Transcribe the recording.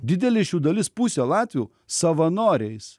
didelė iš jų dalis pusė latvių savanoriais